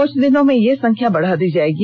कृछ दिनों में यह संख्या बढा दी जाएगी